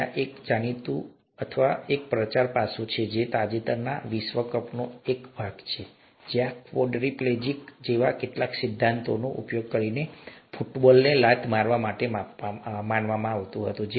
ત્યાં એક જાણીતું હતું અથવા ત્યાં એક પ્રચાર પાસું હતું જે તાજેતરના વિશ્વ કપનો પણ એક ભાગ હતો જ્યાં ક્વોડ્રિપ્લેજિક એવા કેટલાક સિદ્ધાંતોનો ઉપયોગ કરીને ફૂટબોલને લાત મારવા માટે માનવામાં આવતું હતું